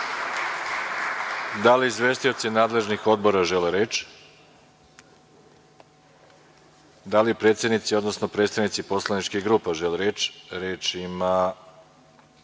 li izvestioci nadležnih odbora žele reč? Da li predsednici, odnosno predstavnici poslaničkih grupe žele reč? Više vas